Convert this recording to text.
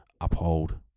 uphold